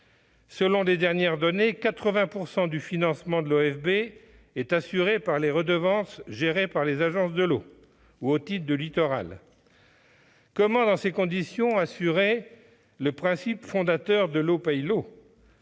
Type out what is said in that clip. Selon les dernières données, 80 % du financement de l'OFB sont assurés par les redevances gérées par les agences de l'eau, ou au titre du littoral. Comment, dans ces conditions, assurer le principe fondateur « l'eau paye l'eau »